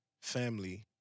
family